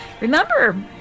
remember